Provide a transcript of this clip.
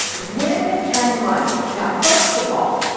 women and money. now first of all,